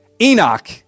Enoch